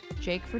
Jake